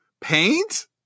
Paint